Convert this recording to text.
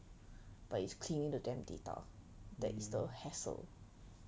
but it's cleaning the damn data that is the hassle